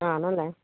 ആ അതന്നെ